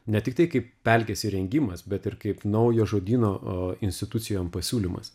ne tiktai kaip pelkės įrengimas bet ir kaip naujo žodyno a institucijom pasiūlymas